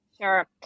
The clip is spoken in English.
Sure